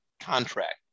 contract